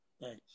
Thanks